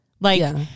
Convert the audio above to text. Like-